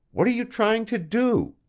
what are you trying to do?